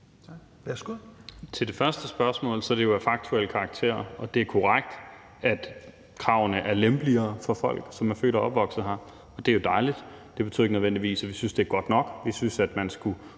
Carl Valentin (SF): Det første spørgsmål var jo af faktuel karakter, og det er korrekt, at kravene er lempeligere for folk, som er født og opvokset her. Det er dejligt, men det betyder ikke nødvendigvis, at vi synes, det er godt nok. Vi synes, at man skulle